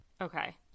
Okay